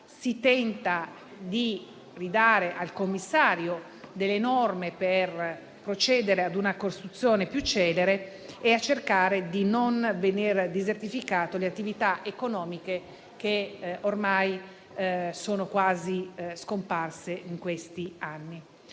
si tenta di ridare al commissario delle norme per procedere ad una costruzione più celere e a cercare di non vedere desertificate le attività economiche che ormai sono quasi scomparse in questi anni.